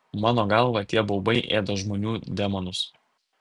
mano galva tie baubai ėda žmonių demonus